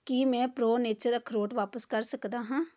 ਕੀ ਮੈਂ Pro Nature ਅਖਰੋਟ ਵਾਪਿਸ ਕਰ ਸਕਦਾ ਹਾਂ